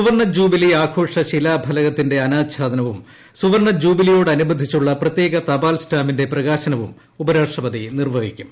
സുവർണജൂബിലി ആഘോഷ ശിലാഫലകത്തിന്റെ അനാച്ഛാദനവും സുവർണജൂബിലിയോടനുബന്ധിച്ചുള്ള പ്രത്യേക തപാൽസ്റ്റാമ്പിന്റെ പ്രകാശനവും ഉപരാഷ്ട്രപതി നിർവഹിക്കും